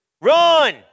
Run